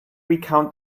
recount